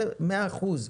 זה מאה אחוז,